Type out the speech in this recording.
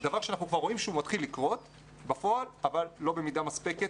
דבר שאנחנו רואים שכבר מתחיל לקרות בפועל אבל לא במידה מספקת